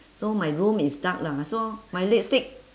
so my room is dark lah so my lipstick